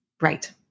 Right